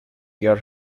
your